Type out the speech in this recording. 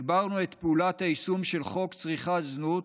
הגברנו את פעולת היישום של חוק צריכת זנות,